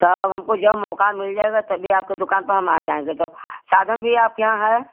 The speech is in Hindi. तब हमको जब मौका मिल जाएगा तभी आपके दुकान पर हम आ जाएँगे तो साधन भी आपके यहाँ है